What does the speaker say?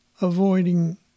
Avoiding